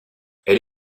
elle